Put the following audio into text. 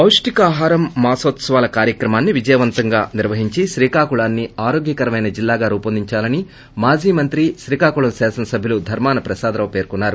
పొష్షికాహారం మానోత్సవాల కార్యక్రమాన్ని విజయవంతంగా నిర్వహించి శ్రీకాకుళాన్ని ఆరోగ్యకరమైన జిల్లాగా రూపొందించాలని మాజీ మంత్రి శాసన సభ్యులు ధర్మాన ప్రసాదరావు పేర్కొన్నారు